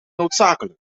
noodzakelijk